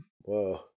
Whoa